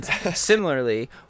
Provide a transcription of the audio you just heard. Similarly